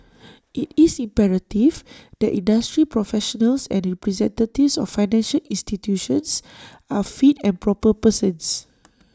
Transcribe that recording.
IT is imperative that industry professionals and representatives of financial institutions are fit and proper persons